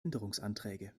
änderungsanträge